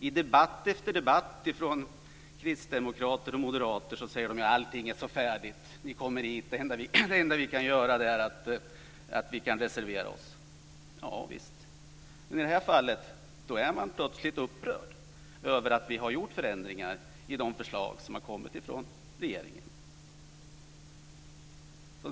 I debatt efter debatt säger kristdemokrater och moderater att allting är så färdigt. Det enda de kan göra är att reservera sig. Javisst, men i det här fallet är man plötsligt upprörd över att vi har gjort förändringar i de förslag som har kommit från regeringen.